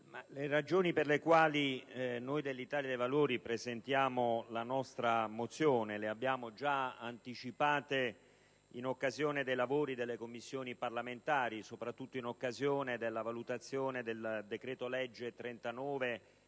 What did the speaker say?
Le ragioni per le quali l'Italia dei Valori ha presentato questa mozione le abbiamo già spiegate nel corso dei lavori delle Commissioni parlamentari, soprattutto in occasione della valutazione del decreto-legge n.